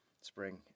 spring